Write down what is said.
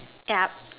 yeah